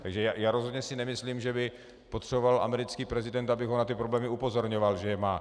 Takže já si rozhodně nemyslím, že by potřeboval americký prezident, abych ho na ty problémy upozorňoval, že je má.